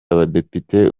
abadepite